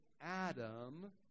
Adam